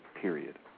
Period